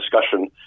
discussion